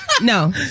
no